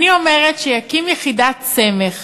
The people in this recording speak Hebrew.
ואני אומרת שיקים יחידת סמך